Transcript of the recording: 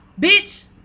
bitch